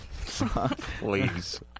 Please